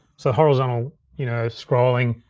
so horizontal you know scrolling,